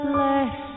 Bless